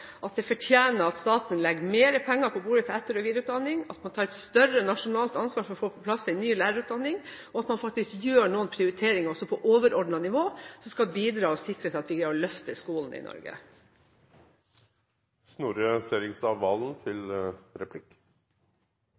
at det fortjener at staten legger mer penger på bordet til etter- og videreutdanning, at man tar et større nasjonalt ansvar for å få på plass en ny lærerutdanning, og at man faktisk gjør noen prioriteringer som på overordnet nivå skal bidra til og sikre at vi greier å løfte skolen i Norge.